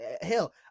Hell